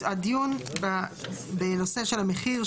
הדיון בנושא של המחיר,